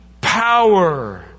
power